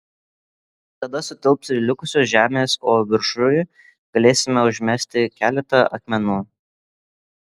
tada sutilps ir likusios žemės o viršuj galėsime užmesti keletą akmenų